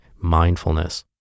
mindfulness